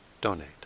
donate